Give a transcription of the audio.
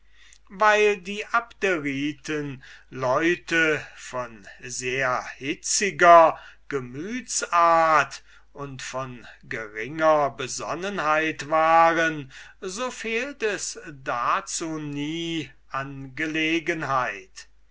weil die abderiten leute von sehr hitziger gemütsart und von geringer besonnenheit waren so fehlt es dazu nie an gelegenheit